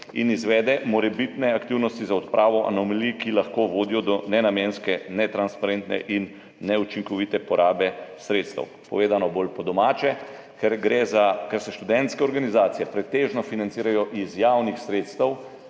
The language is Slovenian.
in izvede morebitne aktivnosti za odpravo anomalij, ki lahko vodijo do nenamenske, netransparentne in neučinkovite porabe sredstev. Povedano bolj po domače, ker se študentske organizacije pretežno financirajo iz javnih sredstev,